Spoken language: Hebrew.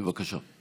בבקשה.